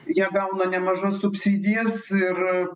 jie gauna nemažas subsidijas ir